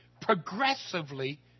progressively